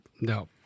No